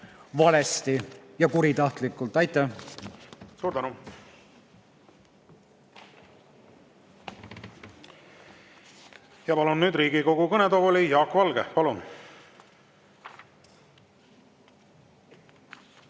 valesti ja kuritahtlikult. Aitäh!